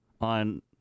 on –